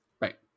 Right